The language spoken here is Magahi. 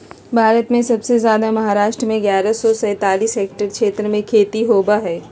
भारत में सबसे जादे महाराष्ट्र में ग्यारह सौ सैंतालीस हेक्टेयर क्षेत्र में खेती होवअ हई